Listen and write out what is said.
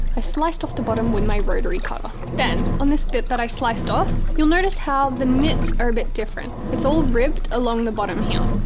i sliced off the bottom with my rotary cutter. then, on this bit that i sliced off, you'll notice how the knits are a bit different it's all ribbed along the bottom here,